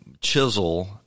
chisel